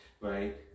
right